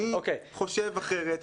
אני חושב אחרת,